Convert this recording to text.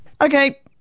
Okay